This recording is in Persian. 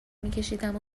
میکشیدم